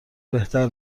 بهتر